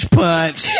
punch